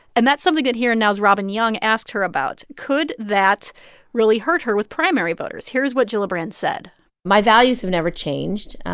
and that's something that here and now's robin young asked her about. could that really hurt her with primary voters? here's what gillibrand said my values have never changed.